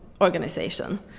organization